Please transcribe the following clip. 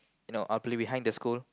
you know I'll play behind the school